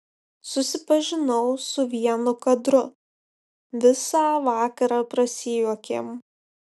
susipažinau su vienu kadru visą vakarą prasijuokėm